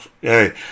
hey